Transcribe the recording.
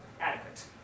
adequate